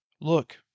Look